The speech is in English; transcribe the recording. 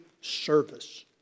service